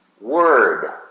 word